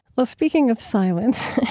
well, speaking of silence,